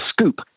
scoop